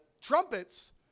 trumpets